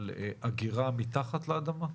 על אגירה מתחת לאדמה?